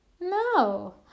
No